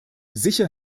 sicher